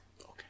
Okay